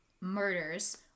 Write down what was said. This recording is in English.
murders